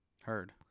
Heard